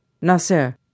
Nasser